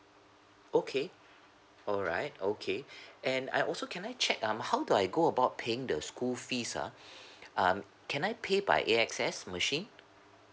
okay alright okay and I also can I check um how do I go about paying the school fees ah um can I pay by A_X_S machine